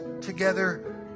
together